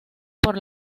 por